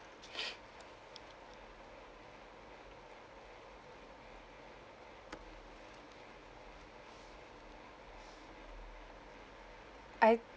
I